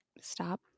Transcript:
Stop